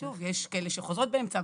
שוב, יש כאלה שחוזרות באמצע.